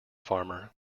farmer